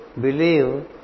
believe